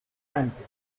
anclas